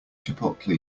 chipotle